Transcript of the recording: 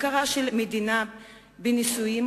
הכרה של המדינה בנישואים,